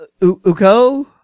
Uko